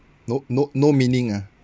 no no no meaning ah